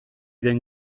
den